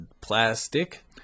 Plastic